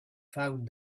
found